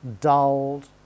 dulled